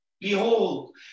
Behold